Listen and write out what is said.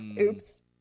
Oops